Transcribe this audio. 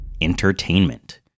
entertainment